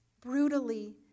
brutally